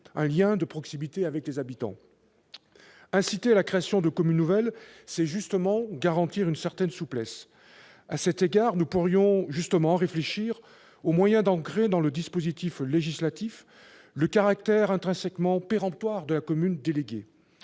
un lien de proximité avec les habitants. Inciter à la création de communes nouvelles garantit justement une certaine souplesse. À cet égard, nous pourrions justement réfléchir aux moyens d'ancrer dans le dispositif législatif le caractère intrinsèquement péremptoire de la commune déléguée,